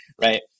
right